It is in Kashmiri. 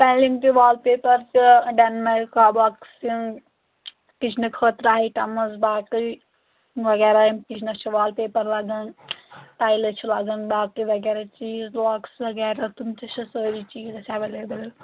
پینلِنٛگ تہِ وال پیپَر تہِ ڈَن میکابسِنٛگ کِچنہٕ خٲطرٕ آیٹَمٕز باقٕے وغیرہ یِم کِچنَس چھِ وال پیپَر لاگَان ٹایلہٕ چھِ لاگَان باقٕے وغیرہ چیٖز واکٕس وغیرہ تٕم تہِ چھِ سٲری چیٖز اَسہِ ایویلیبٕل